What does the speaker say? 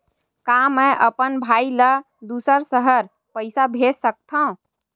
का मैं अपन भाई ल दुसर शहर पईसा भेज सकथव?